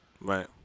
Right